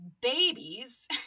babies